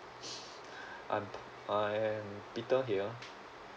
I'm I am peter here